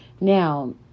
Now